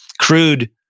crude